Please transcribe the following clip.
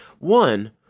One